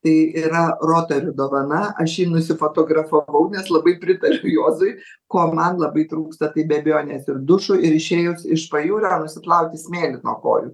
tai yra rotari dovana aš jį nusifotografavau nes labai pritariu juozui ko man labai trūksta tai be abejonės ir dušų ir išėjus iš pajūrio nusiplauti smėlį nuo kojų